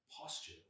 posture